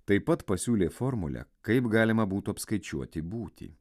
taip pat pasiūlė formulę kaip galima būtų apskaičiuoti būtį